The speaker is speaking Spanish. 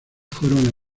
fueron